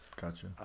gotcha